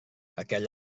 aquell